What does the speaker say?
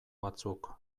batzuk